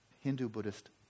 Hindu-Buddhist